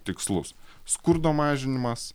tikslus skurdo mažinimas